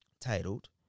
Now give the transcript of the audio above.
Titled